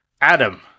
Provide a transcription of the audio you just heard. Adam